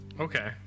Okay